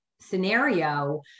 scenario